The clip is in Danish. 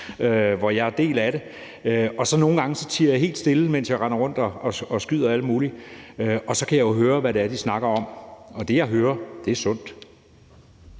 hvor jeg er en del af det. Nogle gange tier jeg helt stille, mens jeg render rundt og skyder alle mulige, og så kan jeg jo høre, hvad det er, de snakker om. Og det, jeg hører, er sundt.